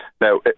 Now